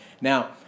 Now